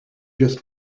just